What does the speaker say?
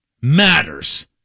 matters